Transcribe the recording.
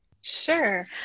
Sure